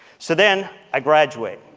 so then, i graduate.